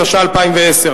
התש"ע 2010,